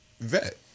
vet